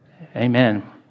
Amen